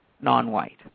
non-white